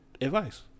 Advice